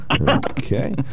Okay